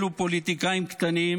אלו פוליטיקאים קטנים,